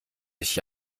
dich